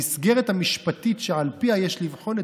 המסגרת המשפטית שעל פיה יש לבחון את